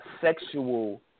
sexual